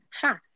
Ha